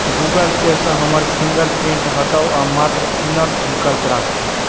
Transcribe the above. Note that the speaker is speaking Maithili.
गूगल पे सँ हमर फिंगर प्रिंट हटाऊ आ मात्र पिनक विकल्प राखू